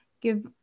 give